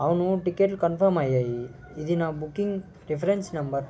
అవును టికెట్లు కన్ఫమ్ అయ్యాయి ఇది నా బుకింగ్ రిఫరెన్స్ నెంబర్